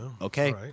okay